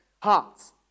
hearts